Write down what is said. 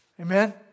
Amen